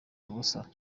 ubusa